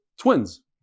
twins